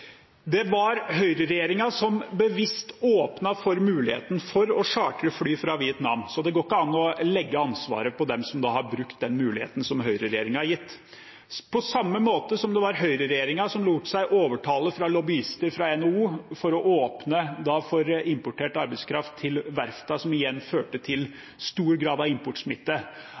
Det var høyreregjeringen som bevisst åpnet for muligheten til å chartre fly fra Vietnam, så det går ikke an å legge ansvaret på dem som har brukt den muligheten høyreregjeringen har gitt dem. På samme måte var det høyreregjeringen som lot seg overtale av lobbyister fra NHO til å åpne for importert arbeidskraft til verftene, noe som igjen førte til stor grad av importsmitte.